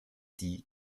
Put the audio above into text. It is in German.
die